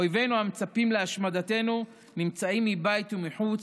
אויבינו המצפים להשמדתנו נמצאים מבית ומחוץ,